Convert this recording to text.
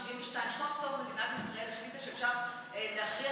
סוף-סוף מדינת ישראל החליטה שאפשר להכריח